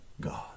God